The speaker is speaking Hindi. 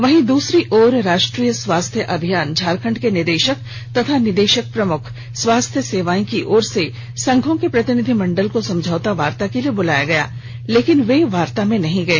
वहीं दूसरी ओर राष्ट्रीय स्वास्थ्य अभियान झारखंड के निदेशक तथा निदेशक प्रमुख स्वास्थ्य सेवाएं की ओर से संघों के प्रतिनिधमंडल को समझौता वार्ता के लिए बुलाया गया लेकिन वे वार्ता में नहीं गए